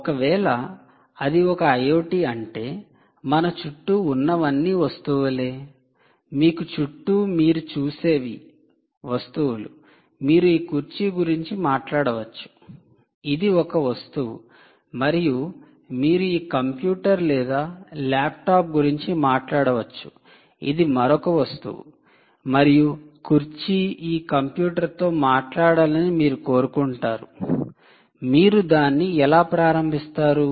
ఒకవేళ అది ఒక IoT అంటే మన చుట్టూ ఉన్నవన్నీ వస్తువులే మీ చుట్టూ మీరు చూసేవి వస్తువులు మీరు ఈ కుర్చీ గురించి మాట్లాడవచ్చు ఇది ఒక వస్తువు మరియు మీరు ఈ కంప్యూటర్ లేదా ల్యాప్టాప్ గురించి మాట్లాడవచ్చు ఇది మరొక వస్తువు మరియు కుర్చీ ఈ కంప్యూటర్తో మాట్లాడాలని మీరు కోరుకుంటారు మీరు దాన్ని ఎలా ప్రారంభిస్తారు